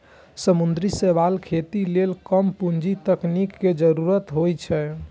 समुद्री शैवालक खेती लेल कम पूंजी आ तकनीक के जरूरत होइ छै